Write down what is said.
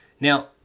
Now